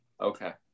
Okay